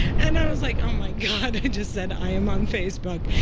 and i was like, oh my god, i just said, i am on facebook.